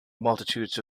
multitudes